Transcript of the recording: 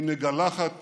היא מגלחת